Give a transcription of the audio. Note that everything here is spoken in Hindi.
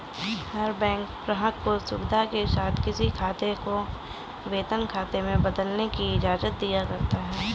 हर बैंक ग्राहक को सुविधा के साथ किसी खाते को वेतन खाते में बदलने की इजाजत दिया करता है